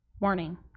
warning